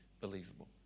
believable